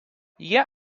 jie